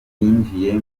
byinjiye